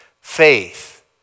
faith